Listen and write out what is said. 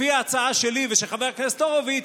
לפי ההצעה שלי ושל חבר הכנסת הורוביץ,